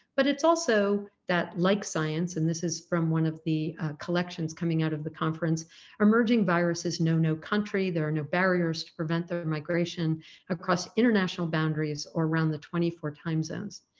but it's also that, like science and this is from one of the collections coming out of the conference emerging viruses no no country there are no barriers to prevent their migration across international boundaries or around the twenty four time zones.